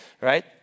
Right